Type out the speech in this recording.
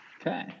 Okay